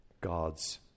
God's